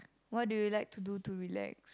what do you like to do to relax